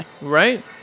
Right